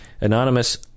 Anonymous